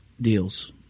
deals